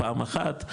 פעם אחת,